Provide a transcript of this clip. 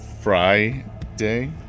Friday